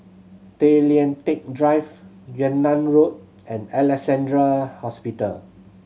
Tay Lian Teck Drive Yunnan Road and Alexandra Hospital